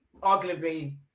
arguably